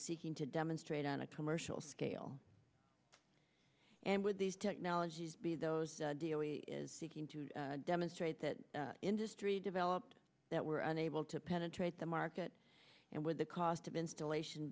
seeking to demonstrate on a commercial scale and with these technologies be those seeking to demonstrate that industry developed that were unable to penetrate the market and with the cost of installation